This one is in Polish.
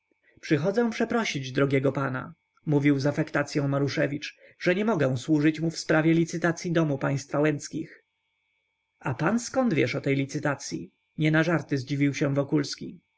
przychodzę przeprosić drogiego pana mówił z afektacyą maruszewicz że nie mogę służyć mu w sprawie licytacyi domu państwa łęckich a pan zkąd wiesz o tej licytacyi nie na żarty zdziwił się wokulski